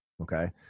okay